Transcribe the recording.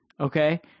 Okay